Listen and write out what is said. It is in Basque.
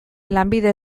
lanbide